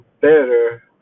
better